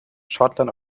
schottland